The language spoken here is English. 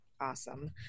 Awesome